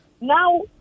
now